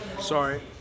sorry